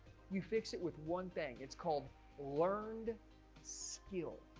you fix it with one thing. it's called learned skill